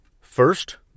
First